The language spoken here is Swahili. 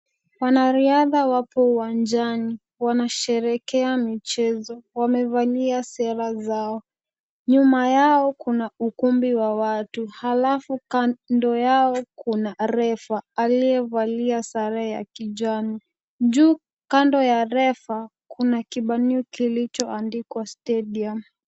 Wanariadha wapo uwanjani, wanasherehekea michezo, wamevalia sera zao, nyuma yao Kuna ukumbi wa watu, halafu kando yao Kuna refa aliyevalia sare ya kijani. Juu kando ya refa Kuna kibanio kilichoandikwa stadium .